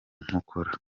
nkokora